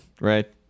right